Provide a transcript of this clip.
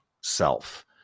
self